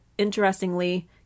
Interestingly